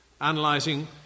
analyzing